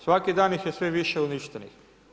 Svaki dan ih je sve više uništenih.